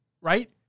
right